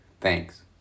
Thanks